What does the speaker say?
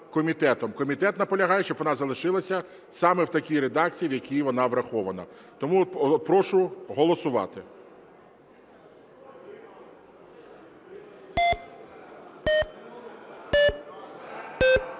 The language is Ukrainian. Комітет наполягає, щоб вона залишилася саме в такій редакції, в якій вона врахована. Тому прошу голосувати.